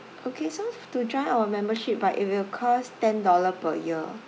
okay so to join our membership but it will cost ten dollar per year